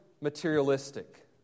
materialistic